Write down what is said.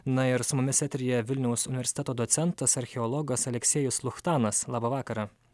na ir su mumis eteryje vilniaus universiteto docentas archeologas aleksėjus luchtanas labą vakarą